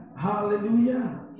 Hallelujah